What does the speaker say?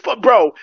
bro